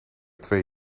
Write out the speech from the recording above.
twee